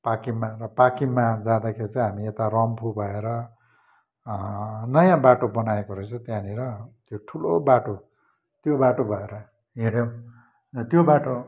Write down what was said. पाक्किममा र पाक्किममा जाँदाखेरि चाहिँ हामी यता रम्फू भएर नयाँ बाटो बनाएको रहेछ त्यहाँनिर त्यो ठुलो बाटो त्यो बाटो भएर हिँड्यौँ र त्यो बाटो